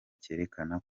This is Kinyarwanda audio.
cyerekana